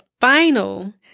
final